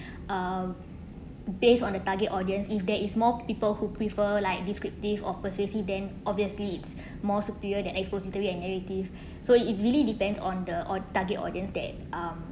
uh based on the target audience if there is more people who prefer like descriptive of persuasive then obviously it's more superior than expository and narrative so its really depends on the or target audience that um